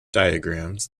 diagrams